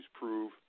prove